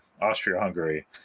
Austria-Hungary